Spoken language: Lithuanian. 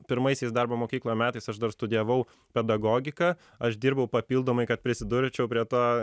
pirmaisiais darbo mokykloj metais aš dar studijavau pedagogiką aš dirbau papildomai kad prisidurčiau prie to